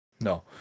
No